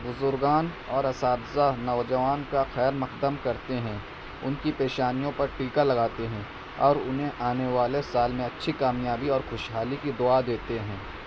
بزرگان اور اساتذہ نوجوان کا خیر مقدم کرتے ہیں ان کی پیشانیوں پر ٹیکا لگاتے ہیں اور انہیں آنے والے سال میں اچھی کامیابی اور خوشحالی کی دعا دیتے ہیں